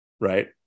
Right